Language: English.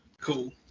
Cool